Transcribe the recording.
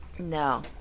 No